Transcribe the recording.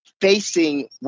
facing